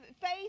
faith